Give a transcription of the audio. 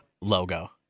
logo